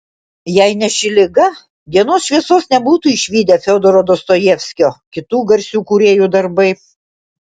jei ne ši liga dienos šviesos nebūtų išvydę fiodoro dostojevskio kitų garsių kūrėjų darbai